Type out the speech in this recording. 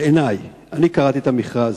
בעיני, אני קראתי את המכרז,